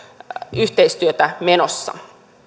yhteistyötä menossa